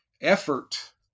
effort